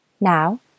Now